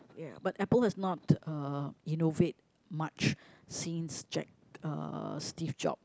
ya but Apple has not uh innovate much since Jack uh Steve-Job